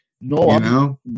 No